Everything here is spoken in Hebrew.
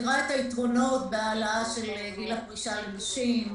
מכירה את היתרונות בהעלאת גיל הפרישה לנשים,